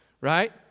right